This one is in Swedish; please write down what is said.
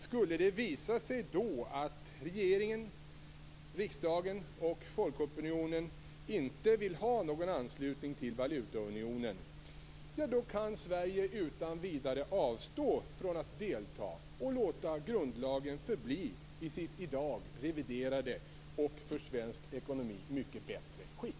Skulle det visa sig att regeringen, riksdagen och folkopinionen då inte vill ha någon anslutning till valutaunionen kan Sverige utan vidare avstå från att delta och låta grundlagen förbli i sitt i dag reviderade och för svensk ekonomi mycket bättre skick.